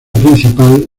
principal